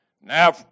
Now